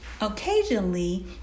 Occasionally